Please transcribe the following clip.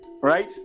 right